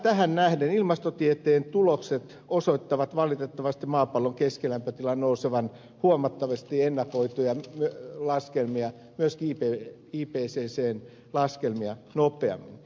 tähän nähden ilmastotieteen tulokset osoittavat valitettavasti maapallon keskilämpötilan nousevan huomattavasti ennakoituja laskelmia myöskin ipccn laskelmia nopeammin